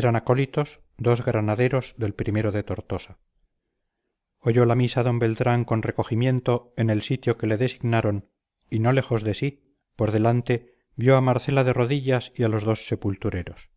eran acólitos dos granaderos del o de tortosa oyó la misa d beltrán con recogimiento en el sitio que le designaron y no lejos de sí por delante vio a marcela de rodillas y a los dos sepultureros